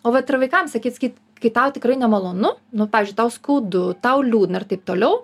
o vat ir vaikam sakyt sakyt kai tau tikrai nemalonu nu pavyzdžiui tau skaudu tau liūdna ir taip toliau